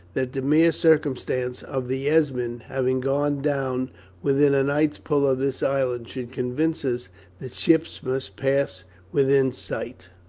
that the mere circumstance of the esmond having gone down within a night's pull of this island should convince us that ships must pass within sight?